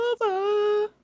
Over